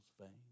veins